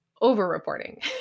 over-reporting